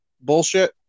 bullshit